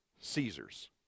Caesar's